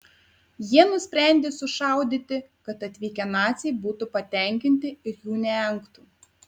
jie nusprendė sušaudyti kad atvykę naciai būtų patenkinti ir jų neengtų